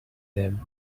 them